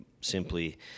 simply